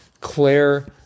Claire